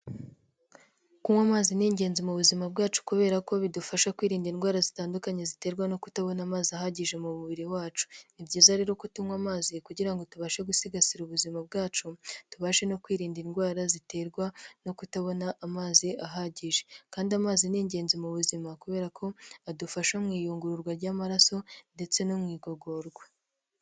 Kunywa amazi ni ingenzi mu buzima bwacu kubera ko bidufasha kwirinda indwara zitandukanye ziterwa no kutabona amazi ahagije mu mubiri wacu, ni byiza rero ko tunywa amazi kugira ngo tubashe gusigasira ubuzima bwacu, tubashe no kwirinda indwara ziterwa no kutabona amazi ahagije kandi amazi ni ingenzi mu buzima kubera ko adufasha mu iyungururwa ry'amaraso ndetse no mu igogorwa.